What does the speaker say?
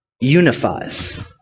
Unifies